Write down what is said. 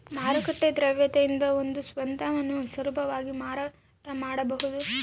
ಮಾರುಕಟ್ಟೆ ದ್ರವ್ಯತೆಯಿದ್ರೆ ಒಂದು ಸ್ವತ್ತನ್ನು ಸುಲಭವಾಗಿ ಮಾರಾಟ ಮಾಡಬಹುದಾಗಿದ